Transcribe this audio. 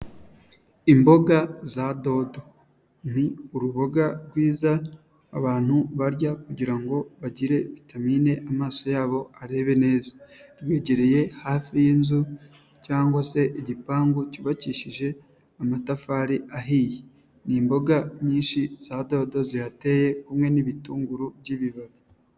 Imboga za dodo ni uruboga rwiza abantu barya kugirango bagire vitamine amaso yabo arebe neza, wegereye hafi y'inzu cyangwa se igipangu cyubakishije amatafari ahiye, n'imboga nyinshi za dodo ziyateye hamwe n'ibitunguru by'ibibabi.